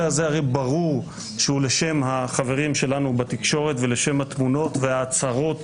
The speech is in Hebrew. הזה הרי ברור שהוא לשם החברים שלנו בתקשורת ולשם התמונות וההצהרות